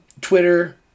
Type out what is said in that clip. Twitter